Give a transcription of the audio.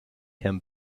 him